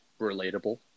relatable